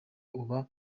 uba